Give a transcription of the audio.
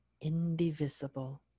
indivisible